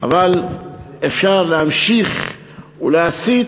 אבל אפשר להמשיך להסית,